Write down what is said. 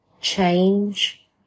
change